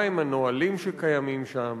מה הם הנהלים שקיימים שם?